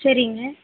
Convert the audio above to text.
சரிங்க